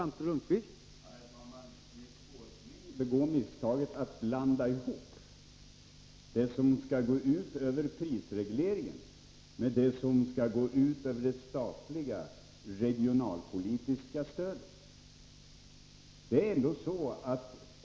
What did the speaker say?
Herr talman! Nils Åsling begår misstaget att blanda ihop det som skall gå ut över prisregleringen med det som skall gå ut över det statliga regionalpolitiska stödet.